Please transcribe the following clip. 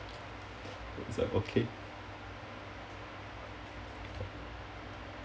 okay